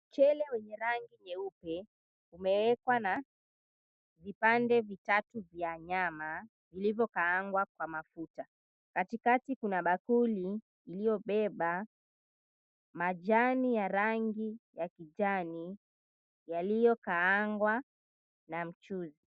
Mchele wenye rangi nyeupe umeekwa na vipande vitatu vya nyama vilivyokaangwa kwa mafuta. Katikati kuna bakuli iliyobeba majani ya rangi ya kijani yaliyokaangwa na mchuzi.